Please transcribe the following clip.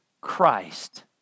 Christ